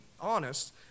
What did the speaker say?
honest